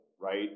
right